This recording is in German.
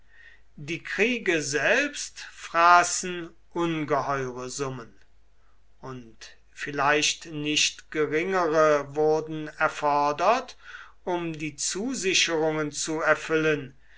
die kriege selbst fraßen ungeheure summen und vielleicht nicht geringere wurden erfordert um die zusicherungen zu erfüllen